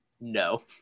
No